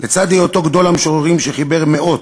לצד היותו גדול המשוררים, שחיבר מאות,